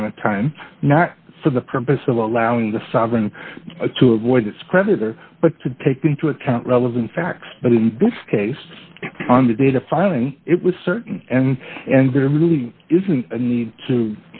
amount of time not for the purpose of allowing the sovereign to avoid its creditor but to take into account relevant facts but in this case on the data filing it was certain and and there really isn't a need to